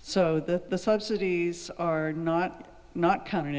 so that the subsidies are not not coming